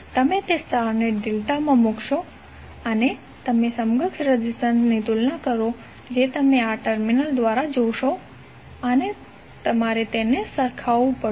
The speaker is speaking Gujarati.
તમે તે સ્ટારને ડેલ્ટામાં મૂકશો અને તમે સમકક્ષ રેઝિસ્ટન્સની તુલના કરો જે તમે આ ટર્મિનલ્સ દ્વારા જોશો અને તમારે તેને સરખાવવું પડશે